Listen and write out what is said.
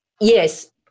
yes